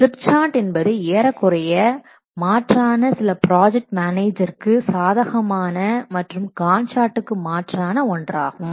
slip chart என்பது ஏறக்குறைய மாற்றான சில ப்ராஜெக்ட் மேனேஜர்க்கு சாதகமான மற்றும் காண்ட் சார்ட்க்கு மாற்றான ஒன்றாகும்